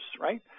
right